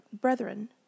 brethren